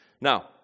Now